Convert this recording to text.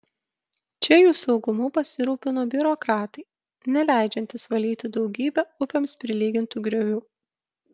čia jų saugumu pasirūpino biurokratai neleidžiantys valyti daugybę upėms prilygintų griovių